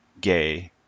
gay